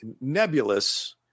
nebulous-